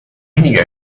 weniger